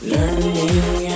Learning